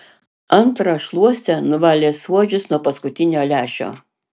antra šluoste nuvalė suodžius nuo paskutinio lęšio